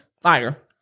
Fire